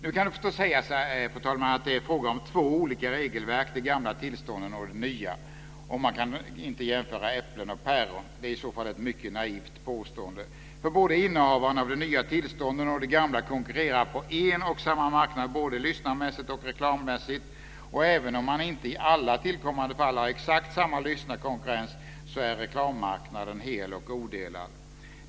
Nu kan det förstås sägas att det är fråga om två olika regelverk - de gamla tillstånden och de nya - och att man inte kan jämföra äpplen och päron. Det är i så fall ett naivt påstående, för både innehavarna av de nya tillstånden och av de gamla konkurrerar på en och samma marknad, både lyssnarmässigt och reklammässigt. Och även om man inte i alla tillkommande fall har exakt samma lyssnarkonkurrens så är reklammarknaden hel och odelad.